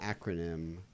acronym